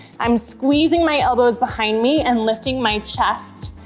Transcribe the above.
i'm squeezing my elbows behind me and lifting my chest.